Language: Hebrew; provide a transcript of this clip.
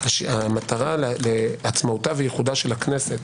המטרה לעצמאותה וייחודה של הכנסת